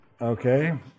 Okay